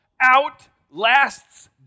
outlasts